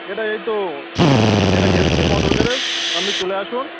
এটা এই তো এটা এলসি মোটর গ্যারেজ আপনি চলে আসুন